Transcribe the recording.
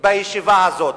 בישיבה הזאת.